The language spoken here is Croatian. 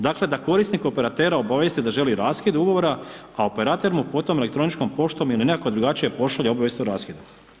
Dakle da korisnik operatera obavijesti da želi raskid ugovora a operater mu potom elektroničkom poštom ili nekako drugačije pošalje obavijest o raskidu.